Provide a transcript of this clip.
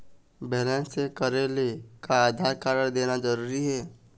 Balance check करेले का Aadhaar card देना जरूरी हे?